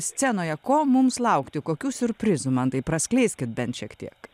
scenoje ko mums laukti kokių siurprizų mantai praskleiskit bent šiek tiek